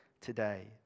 today